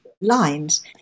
lines –